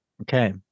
Okay